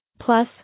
Plus